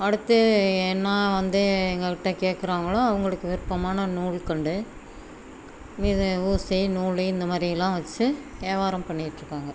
அடுத்து என்ன வந்து எங்கள்கிட்ட கேட்குறாங்களோ அவங்களுக்கு விருப்பமான நூல்கண்டு மீதி ஊசி நூல் இந்த மாதிரியெல்லாம் வைச்சு வியாவாரம் பண்ணிட்ருக்கோங்க